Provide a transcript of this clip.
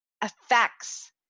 affects